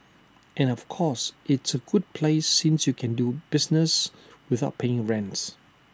and of course it's A good place since you can do business without paying A rents